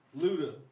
Luda